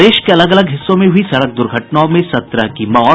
प्रदेश के अलग अलग हिस्सों में हुई सड़क दुर्घटनाओं में सत्रह की मौत